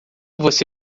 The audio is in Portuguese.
você